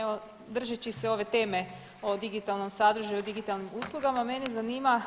Evo držeći se ove teme o digitalnom sadržaju i digitalnim uslugama mene zanima